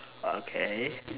okay